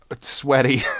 sweaty